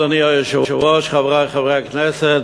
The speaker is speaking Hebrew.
אדוני היושב-ראש, חברי חברי הכנסת,